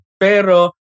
pero